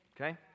Okay